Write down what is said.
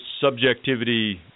subjectivity